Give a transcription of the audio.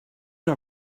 are